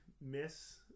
miss